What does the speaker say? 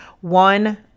One